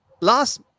last